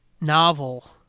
novel